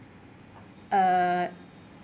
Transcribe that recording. uh